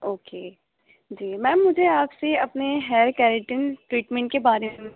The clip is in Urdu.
اوکے جی میم مجھے آپ سے اپنے ہیئر کیریٹن ٹریٹمنٹ کے بارے میں